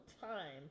time